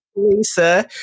Lisa